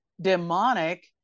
demonic